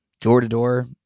door-to-door